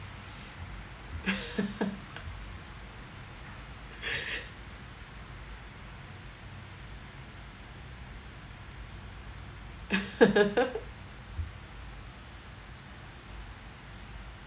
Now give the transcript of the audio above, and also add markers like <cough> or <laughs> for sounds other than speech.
<laughs>